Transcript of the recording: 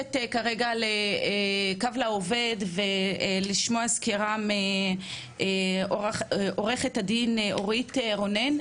ללכת כרגע ל"קו לעובד" ולשמוע סקירה מעוה"ד אורית רונן,